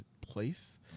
place